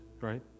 right